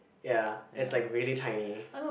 ya it's like really tiny